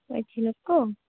ᱚ ᱡᱷᱤᱱᱩᱠ ᱠᱚ